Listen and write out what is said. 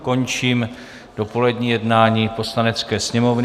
Končím dopolední jednání Poslanecké sněmovny.